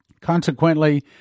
Consequently